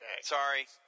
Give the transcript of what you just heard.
Sorry